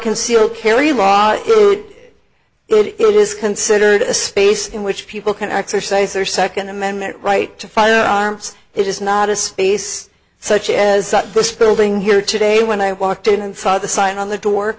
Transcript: conceal carry laws it is considered a space in which people can exercise their second amendment right to fire arms it is not a space such as this building here today when i walked in and saw the sign on the door